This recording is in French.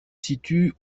situe